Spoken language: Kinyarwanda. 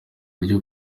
ryo